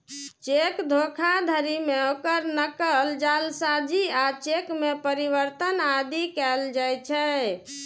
cheque धोखाधड़ी मे ओकर नकल, जालसाजी आ चेक मे परिवर्तन आदि कैल जाइ छै